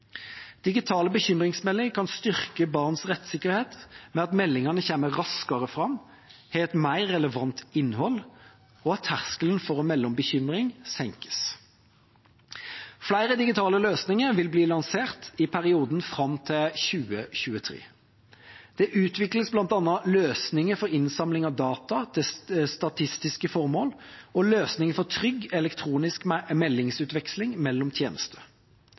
Digitale bekymringsmeldinger kan styrke barns rettssikkerhet ved at meldingene kommer raskere fram og har et mer relevant innhold, og at terskelen for å melde fra om bekymringer senkes. Flere digitale løsninger vil bli lansert i perioden fram til 2023. Det utvikles bl.a. løsninger for innsamling av data til statistiske formål og løsninger for trygg elektronisk meldingsutveksling mellom tjenester.